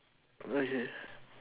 okay